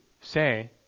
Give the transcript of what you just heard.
say